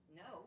no